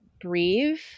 breathe